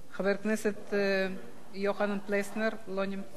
חבר הכנסת יוחנן פלסנר, לא נמצא,